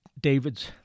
David's